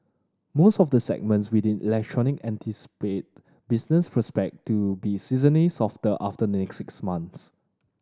most of the segments within electronic anticipate business prospect to be seasonally softer after the next six months